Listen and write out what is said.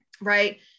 right